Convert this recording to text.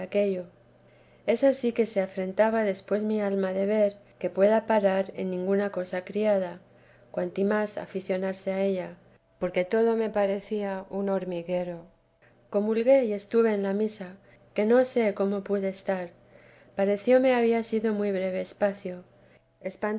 es ansí que se afrentaba después mi alma de ver que pueda parar en ninguna cosa criada cuantimás aficionarse a ella porque todo me parecía un hormiguero comulgué y estuve en la misa que no sé cómo pude estar parecióme había sido muy breve espacio